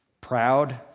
proud